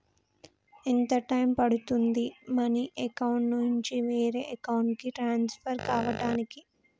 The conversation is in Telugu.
ఎంత టైం పడుతుంది మనీ అకౌంట్ నుంచి వేరే అకౌంట్ కి ట్రాన్స్ఫర్ కావటానికి?